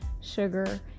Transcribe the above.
sugar